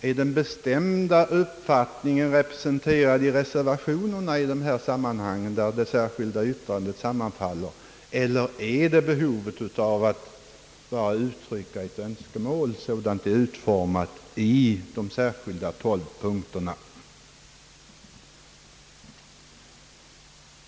Är den bestämda uppfattningen representerad i reservationerna i de sammanhang, där det särskilda yttrandet sammanfaller, eller är det bara uttryck för ett behov att framföra vissa önskemål sådana de nu utformats i de tolv punkterna?